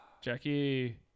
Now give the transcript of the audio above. Jackie